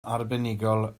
arbenigol